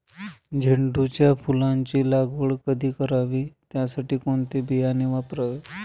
झेंडूच्या फुलांची लागवड कधी करावी? त्यासाठी कोणते बियाणे वापरावे?